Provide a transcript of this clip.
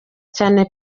cyane